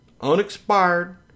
unexpired